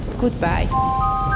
Goodbye